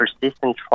persistent